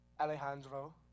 Alejandro